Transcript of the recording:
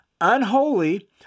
unholy